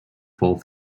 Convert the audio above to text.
fall